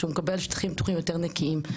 שהוא מקבל שטחים פתוחים יותר נקיים.